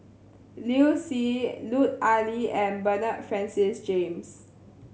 Liu Si Lut Ali and Bernard Francis James